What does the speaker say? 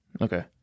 Okay